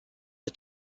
der